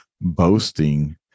boasting